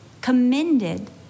commended